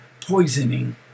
poisoning